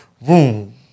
boom